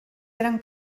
eren